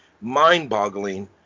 mind-boggling